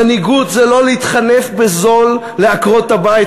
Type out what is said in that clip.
מנהיגות זה לא להתחנף בזול לעקרות-הבית,